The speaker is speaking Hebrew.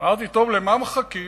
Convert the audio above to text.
אמרתי: טוב, למה מחכים?